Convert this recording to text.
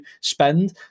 spend